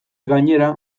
gainera